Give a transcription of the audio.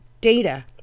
data